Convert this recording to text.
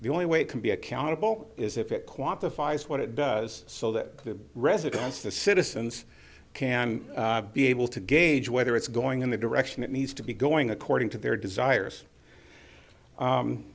the only way it can be accountable is if it quantifies what it does so that the residents the citizens can be able to gauge whether it's going in the direction it needs to be going according to their desires